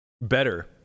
better